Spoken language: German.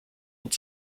und